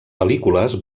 pel·lícules